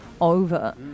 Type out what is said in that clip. over